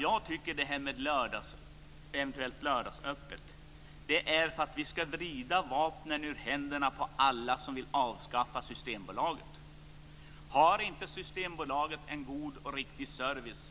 Jag tycker att vi ska pröva det här med lördagsöppet för att vi ska vrida vapnen ur händerna på alla som vill avskaffa Systembolaget. Har inte Systembolaget en god och riktig service